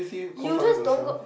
you just don't go